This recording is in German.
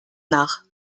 nach